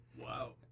Wow